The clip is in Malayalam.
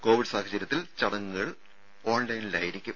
കോവിഡ് സാഹചര്യത്തിൽ ചടങ്ങുകൾ ഓൺലൈനിലായിരിക്കും